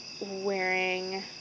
wearing